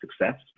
success